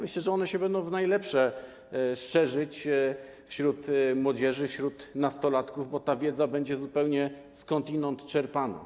Myślę, że one się będą w najlepsze szerzyć wśród młodzieży, wśród nastolatków, bo ta wiedza będzie zupełnie skądinąd czerpana.